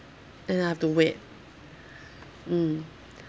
and I have to wait mm